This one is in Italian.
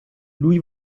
lui